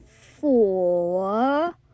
four